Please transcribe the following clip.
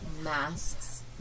masks